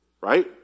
right